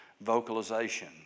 Vocalization